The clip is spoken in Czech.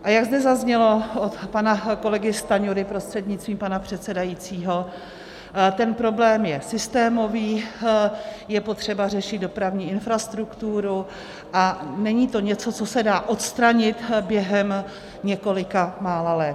A jak zde zaznělo od pana kolegy Stanjury, prostřednictvím pana předsedajícího, ten problém je systémový je potřeba řešit dopravní infrastrukturu a není to něco, co se dá odstranit během několika málo let.